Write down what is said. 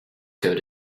code